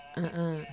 嗯嗯